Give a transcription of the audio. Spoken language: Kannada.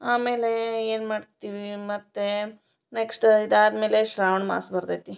ಆಮೇಲೆ ಏನು ಮಾಡ್ತೀವಿ ಮತ್ತೆ ನೆಕ್ಸ್ಟ ಇದು ಆದಮೇಲೆ ಶ್ರಾವಣ ಮಾಸ ಬರ್ತೈತೆ